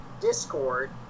discord